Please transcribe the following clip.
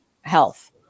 health